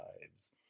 lives